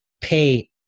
pay